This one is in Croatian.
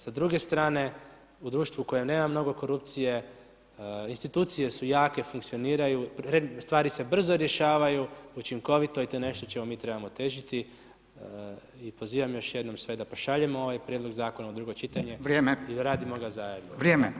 Sa druge strane u društvu u kojem nema mnogo korupcije, institucije su jake, funkcioniraju, stvari se brzo rješavaju, učinkovito i to je nešto čemu mi trebamo težiti i pozivam još jednom sve da pošaljemo ovaj prijedlog zakona u drugo čitanje [[Upadica Radin: vrijeme.]] I odradimo ga zajedno